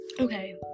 Okay